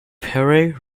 pere